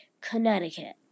Connecticut